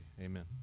Amen